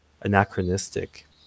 anachronistic